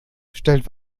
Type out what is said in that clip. stellt